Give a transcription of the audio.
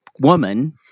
woman